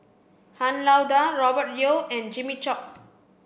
Han Lao Da Robert Yeo and Jimmy Chok